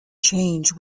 change